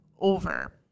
over